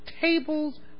tables